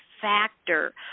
factor